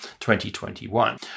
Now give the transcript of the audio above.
2021